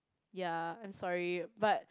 ya I'm sorry but